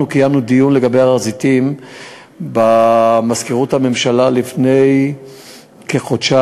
אנחנו קיימנו דיון לגבי הר-הזיתים במזכירות הממשלה לפני כחודשיים,